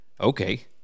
Okay